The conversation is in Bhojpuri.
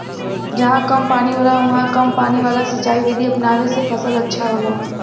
जहां कम पानी होला उहाँ कम पानी वाला सिंचाई विधि अपनावे से फसल अच्छा होला